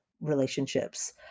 relationships